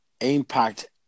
impact